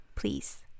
Please